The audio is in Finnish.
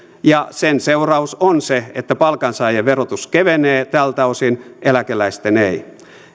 ja sen seuraus on se että palkansaajien verotus kevenee tältä osin eläkeläisten ei